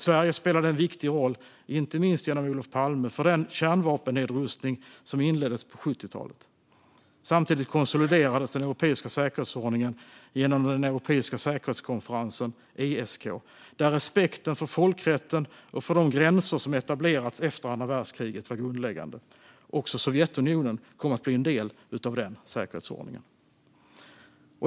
Sverige spelade en viktig roll, inte minst genom Olof Palme, för den kärnvapennedrustning som inleddes på 70-talet. Samtidigt konsoliderades den europeiska säkerhetsordningen genom den europeiska säkerhetskonferensen ESK, där respekten för folkrätten och för de gränser som etablerats efter andra världskriget var grundläggande. Också Sovjetunionen kom att bli en del av den säkerhetsordningen.